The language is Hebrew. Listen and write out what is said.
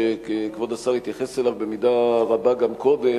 שכבוד השר התייחס אליו במידה רבה גם קודם,